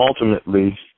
ultimately